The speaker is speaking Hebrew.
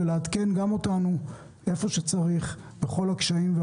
ולעדכן גם אותנו היכן שצריך בכל הקשיים.